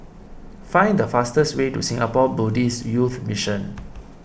find the fastest way to Singapore Buddhist Youth Mission